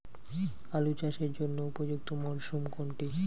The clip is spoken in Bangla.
আলু চাষের জন্য উপযুক্ত মরশুম কোনটি?